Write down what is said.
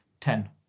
Ten